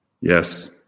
Yes